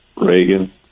reagan